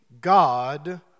God